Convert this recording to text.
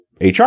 HR